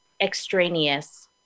Extraneous